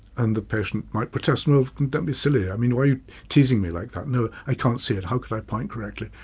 and the patient might protest, well don't be silly, i mean why are you teasing me like that. no, i can't see it, how could i point correctly?